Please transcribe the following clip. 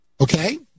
Okay